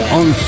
on